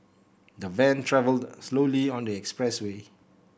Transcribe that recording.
the van travelled slowly on the expressway